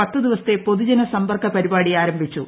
പത്ത് ദിവസത്തെ പൊതുജന സ്പ്പർക്ക പരിപാടി ആരംഭിച്ചു